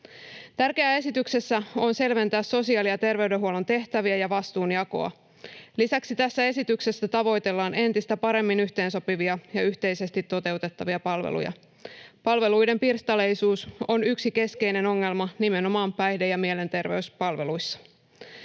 Tärkeää esityksessä on selventää sosiaali- ja terveydenhuollon tehtäviä ja vastuunjakoa. Lisäksi tässä esityksessä tavoitellaan entistä paremmin yhteensopivia ja yhteisesti toteutettavia palveluja. Palveluiden pirstaleisuus on yksi keskeinen ongelma nimenomaan päihde- ja mielenterveyspalveluissa.